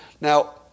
Now